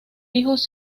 hijos